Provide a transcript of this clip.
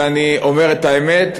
ואני אומר את האמת,